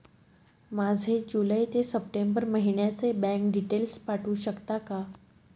माझे जुलै ते सप्टेंबर महिन्याचे बँक डिटेल्स पाठवू शकता का?